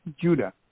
Judah